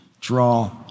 draw